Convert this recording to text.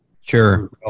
Sure